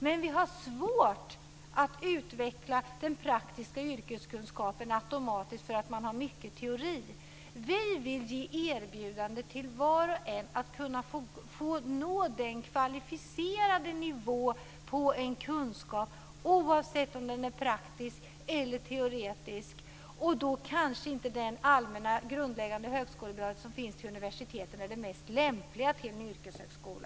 Men vi har svårt att utveckla den praktiska yrkeskunskapen automatiskt för att man har mycket teori. Vi vill ge erbjudandet till var och en att få nå den kvalificerade nivå på en kunskap, oavsett om den är praktisk eller teoretisk. Då kanske den allmänna grundläggande högskolebehörighet som finns till universitetet inte är den mest lämpliga till en yrkeshögskola.